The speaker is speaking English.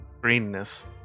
greenness